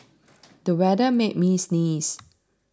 the weather made me sneeze